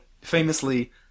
famously